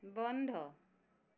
বন্ধ